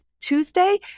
Tuesday